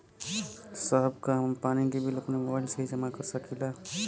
साहब का हम पानी के बिल अपने मोबाइल से ही जमा कर सकेला?